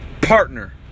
partner